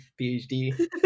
PhD